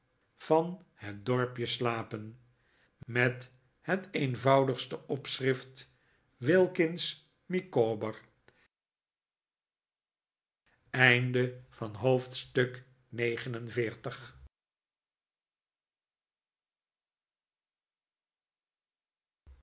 van het dorpje slapen met het eenvoudige opschrift wilkins micawber hoofdstuk